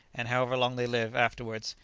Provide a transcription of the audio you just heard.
and, however long they live afterwards,